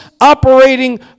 operating